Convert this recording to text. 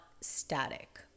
static